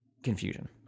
Confusion